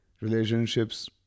Relationships